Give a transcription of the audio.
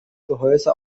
gehäuse